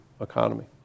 economy